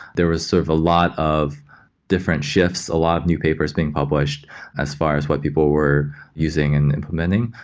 there was sort of a lot of different shifts, a lot of new papers being published as far as what people were using and implementing.